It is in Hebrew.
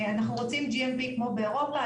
אנחנו רוצים GMP כמו באירופה,